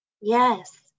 Yes